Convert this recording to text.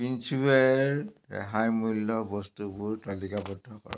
প্ৰিঞ্চৱেৰৰ ৰেহাই মূল্যৰ বস্তুবোৰ তালিকাবদ্ধ কৰা